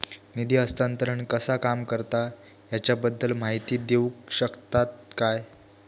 निधी हस्तांतरण कसा काम करता ह्याच्या बद्दल माहिती दिउक शकतात काय?